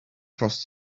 crossed